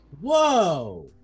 Whoa